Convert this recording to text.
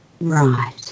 Right